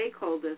stakeholders